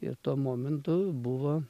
ir tuo momentu buvo